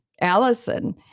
Allison